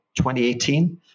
2018